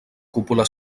cúpula